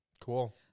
Cool